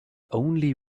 only